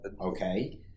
okay